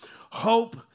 hope